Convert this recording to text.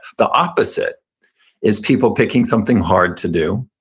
the opposite is people picking something hard to do.